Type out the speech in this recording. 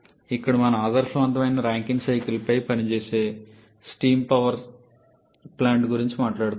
ఇక్కడ మనం ఆదర్శవంతమైన రాంకైన్ సైకిల్పై పనిచేసే స్టీమ్ పవర్ ప్లాంట్ గురించి మాట్లాడుతున్నాం